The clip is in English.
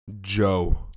Joe